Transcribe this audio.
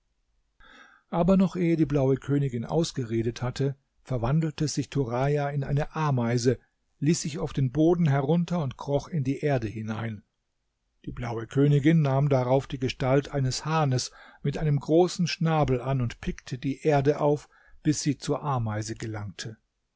aber noch ehe die blaue königin ausgeredet hatte verwandelte sich turaja in eine ameise ließ sich auf den boden herunter und kroch in die erde hinein die blaue königin nahm darauf die gestalt eines hahnes mit einem großen schnabel an und pickte die erde auf bis sie zur ameise gelangte